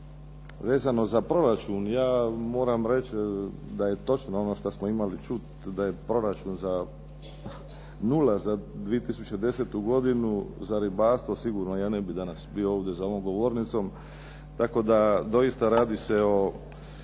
vezano za proračun. Ja moram reći da je točno ono što smo imali čuti, da je proračun za nula za 2010. godinu, za ribarstvo, sigurno ja ne bih danas bio ovdje za ovom govornicom. Tako da, doista radi se o